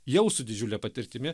jau su didžiule patirtimi